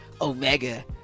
omega